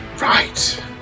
Right